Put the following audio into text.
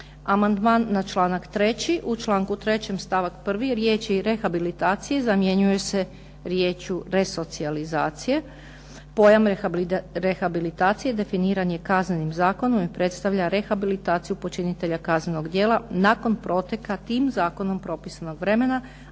Amandman na članak 3. u članku 3. stavak 1. riječi „rehabilitacije“ zamjenjuje se riječju „resocijalizacije“, pojam rehabilitacije definiran je Kaznenim zakonom i predstavlja rehabilitaciju počinitelja kaznenog djela nakon proteka tim Zakonom propisanog vremena,